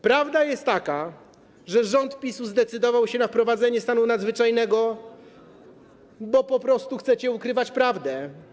Prawda jest taka, że rząd PiS-u zdecydował się na wprowadzenie stanu nadzwyczajnego, bo po prostu chce ukrywać prawdę.